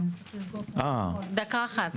דקה אחת.